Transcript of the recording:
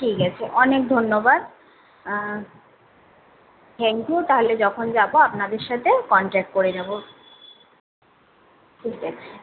ঠিক আছে অনেক ধন্যবাদ থ্যাঙ্ক ইউ তাহলে যখন যাবো আপনাদের সাথে কনট্যাক্ট করে যাবো ঠিক আছে